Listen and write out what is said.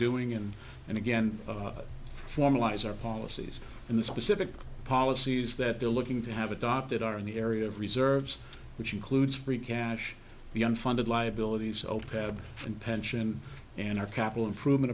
doing and and again formalize our policies in the specific policies that they're looking to have adopted our in the area of reserves which includes free cash the unfunded liabilities so pad and pension and our capital improvement